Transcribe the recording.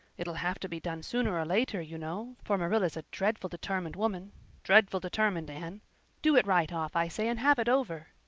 it'll have to be done sooner or later, you know, for marilla's a dreadful deter-mined woman dreadful determined, anne. do it right off, i say, and have it over.